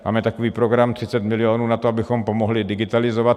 Máme takový program 30 milionů na to, abychom pomohli digitalizovat.